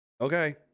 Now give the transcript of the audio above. Okay